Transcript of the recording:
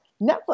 Netflix